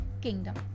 kingdom